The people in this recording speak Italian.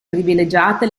privilegiate